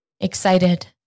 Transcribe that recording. excited